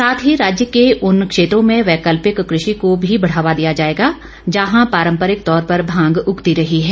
साथ ही राज्य के उन क्षेत्रों में वैकल्पिक कृषि को भी बढ़ावा दिया जाएगा जहां पारम्परिक तौर पर भांग उगती रही है